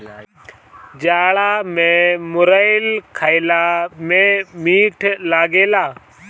जाड़ा में मुरई खईला में मीठ लागेला